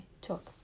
took